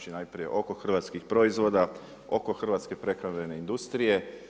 Znači najprije oko hrvatskih proizvoda, oko hrvatske prehrambene industrije.